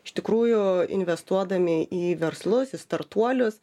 iš tikrųjų investuodami į verslus į startuolius